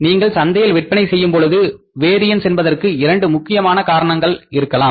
நீங்கள் சந்தையில் விற்பனை செய்யும் பொழுது வேரியன்ஸ் என்பதற்கு இரண்டு முக்கியமான காரணங்களாக இருக்கலாம்